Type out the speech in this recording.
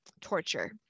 torture